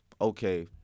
Okay